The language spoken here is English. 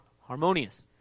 Harmonious